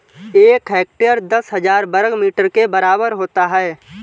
एक हेक्टेयर दस हज़ार वर्ग मीटर के बराबर होता है